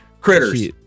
Critters